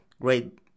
great